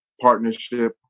partnership